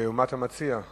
מה אתה מציע?